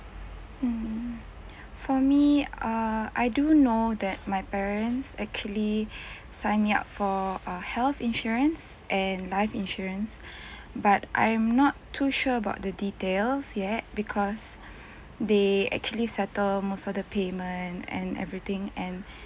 mm for me err I do know that my parents actually sign me up for uh health insurance and life insurance but I'm not too sure about the details yet because they actually settle most of the payment and everything and